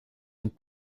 een